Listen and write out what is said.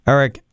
Eric